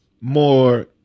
more